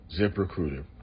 ZipRecruiter